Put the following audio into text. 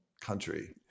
country